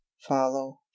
follow